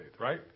right